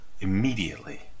immediately